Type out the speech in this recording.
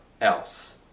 else